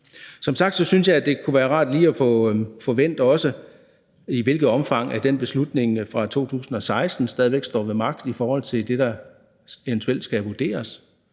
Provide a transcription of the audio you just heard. Som sagt synes jeg, det kunne være rart også lige at få vendt, i hvilket omfang den beslutning fra 2016 stadig væk står ved magt i forhold til det, der eventuelt skal vurderes.